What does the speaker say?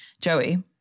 Joey